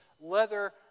leather